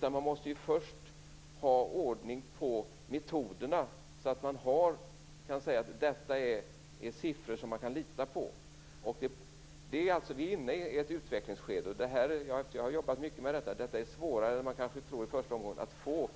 Man måste först ha ordning på metoderna, så att man kan säga att detta är siffror som man kan lita på. Vi är inne i ett utvecklingsskede. Jag har jobbat mycket med detta, och det är svårare än man kanske först tror att få